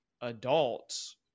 adults